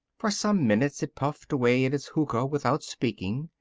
for some minutes it puffed away at its hookah without speaking,